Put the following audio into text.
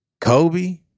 Kobe